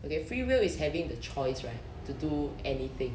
okay free will is having the choice right to do anything